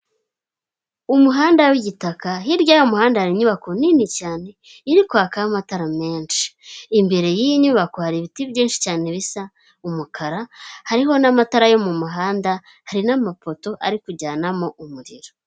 Umuhanda w'igitaka hirya y'umuhanda hari inyubako nini cyane irikwakamo amatara menshi, imbere y'iyi nyubako hari ibiti byinshi cyane bisa umukara, hariho n'amatara yo mu muhanda hari n'amapoto ari kujyanamo umuriro.